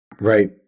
Right